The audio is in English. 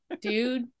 dude